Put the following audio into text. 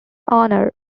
honor